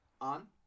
on